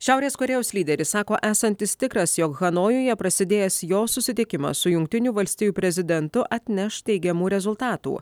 šiaurės korėjos lyderis sako esantis tikras jog hanojuje prasidėjęs jo susitikimas su jungtinių valstijų prezidentu atneš teigiamų rezultatų